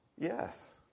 Yes